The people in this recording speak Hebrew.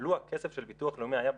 לו הכסף של ביטוח לאומי היה בחוץ,